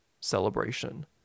celebration